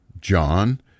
John